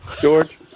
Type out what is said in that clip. George